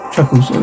Chuckles